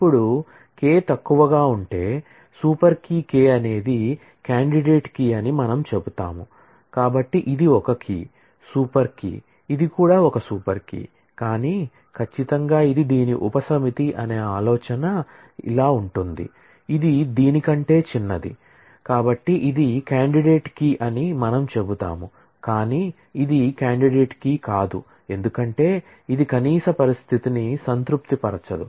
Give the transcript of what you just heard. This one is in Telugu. ఇప్పుడు K తక్కువగా ఉంటే సూపర్ కీ K అనేది కాండిడేట్ కీ అని మనం చెబుతాము కానీ ఇది కాండిడేట్ కీ కాదు ఎందుకంటే ఇది కనీస పరిస్థితిని సంతృప్తిపరచదు